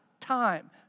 time